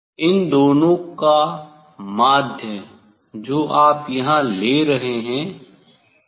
इन दोनों का माध्य जो आप यहाँ ले रहे हैं